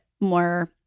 more